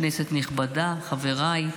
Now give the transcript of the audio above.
כנסת נכבדה, חבריי,